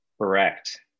Correct